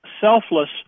selfless